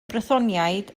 brythoniaid